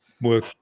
work